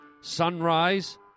sunrise